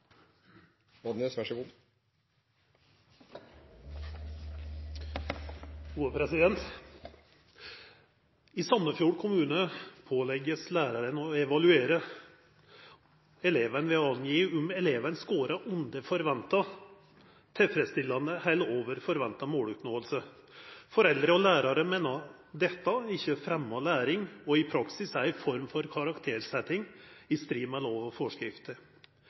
Sandefjord kommune pålegges lærerne å evaluere elevene ved å angi om eleven skårer «under forventet, tilfredsstillende eller over forventet måloppnåelse». Foreldre og lærere mener dette ikke fremmer læring og i praksis er en form for karaktersetting i strid med lov og